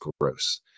gross